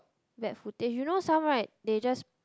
bad footage you know some right they just